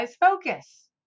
focus